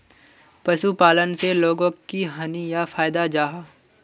पशुपालन से लोगोक की हानि या फायदा जाहा?